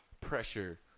pressure